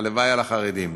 הלוואי על החרדים.